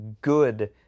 good